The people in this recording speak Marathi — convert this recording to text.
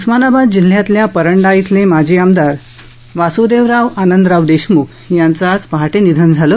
उस्मानाबाद जिल्ह्यातल्या परंडा धिले माजी आमदार जेष्ठ विधिज्ञ वासूदेवराव आनंदराव देशमुख यांच आज पहाटे निधन झालं